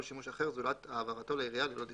שימוש אחר זולת העברתו לעירייה ללא דיחוי.